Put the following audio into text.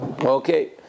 Okay